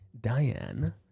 diane